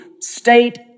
state